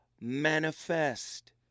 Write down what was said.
manifest